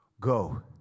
go